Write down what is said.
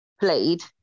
played